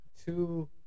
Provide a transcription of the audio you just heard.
Two